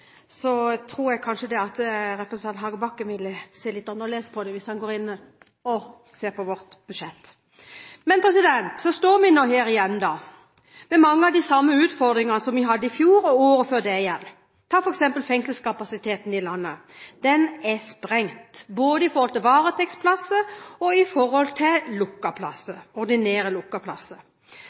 tror jeg representanten Hagebakken kanskje ville sett litt annerledes på det. Så står vi her igjen da, med mange av de samme utfordringene som vi hadde i fjor – og året før det igjen. Ta f.eks. fengselskapasiteten i landet. Den er sprengt, når det gjelder både varetektsplasser og ordinære, lukkede plasser. At fri ferdsel av kriminelle over grensen fra andre Schengen-land er hovedårsaken, var også representanten Klinge inne på, og det er ingen grunn til